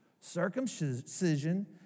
circumcision